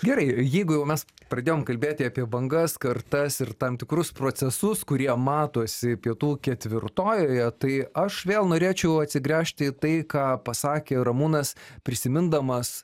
gerai jeigu jau mes pradėjom kalbėti apie bangas kartas ir tam tikrus procesus kurie matosi pietų ketvirtojoje tai aš vėl norėčiau atsigręžti į tai ką pasakė ramūnas prisimindamas